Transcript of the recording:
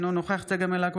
אינו נוכח צגה מלקו,